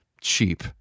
cheap